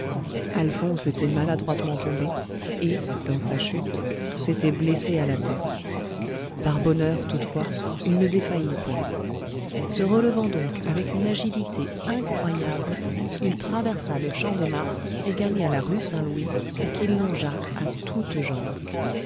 alphonse était maladroitement tombé et dans sa chute s'était blessé à la tête par bonheur toutefois il ne défaillit point se relevant donc avec une agilité incroyable il traversa le champ-de-mars et gagna la rue saint-louis qu'il longea à toutes jambes